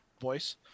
voice